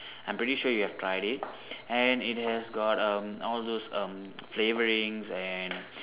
I'm pretty sure you've tried it and it has got um all those um flavourings and